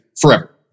forever